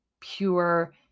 pure